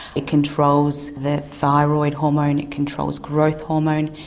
it controls the thyroid hormone, it controls growth hormone,